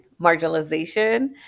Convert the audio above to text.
marginalization